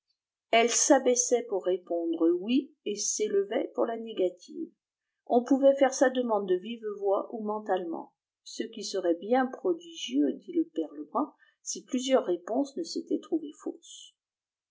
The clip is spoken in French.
elle s'abaissait pour répondre oui et s'élevait pour la négative on pouvait faire sa demande de vive voix ou mentalement ce qui serait bien prodigieux dit le père lebrun si plusieurs réponses ne s'étaient trouvées fausses